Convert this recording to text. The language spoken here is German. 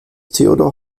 theodor